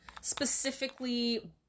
specifically